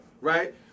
right